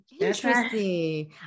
Interesting